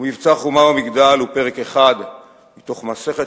ומבצע "חומה ומגדל" הוא פרק אחד מתוך מסכת